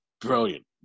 brilliant